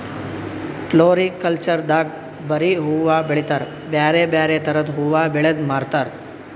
floriculture ದಾಗ್ ಬರಿ ಹೂವಾ ಬೆಳಿತಾರ್ ಬ್ಯಾರೆ ಬ್ಯಾರೆ ಥರದ್ ಹೂವಾ ಬೆಳದ್ ಮಾರ್ತಾರ್